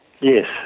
Yes